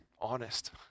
honest